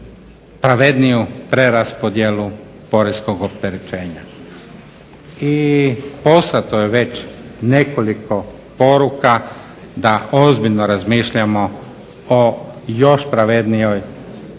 pravedniju preraspodjelu poreskog opterećenja i poslano je već nekoliko poruka da ozbiljno razmišljamo o još pravednijoj